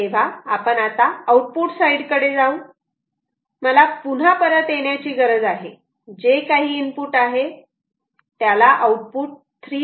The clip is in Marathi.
तेव्हा आपण आउटपुट साइड कडे जाऊ मला पुन्हा परत येण्याची गरज आहे जे काही इनपुट आहे आउटपुट 3